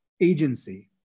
agency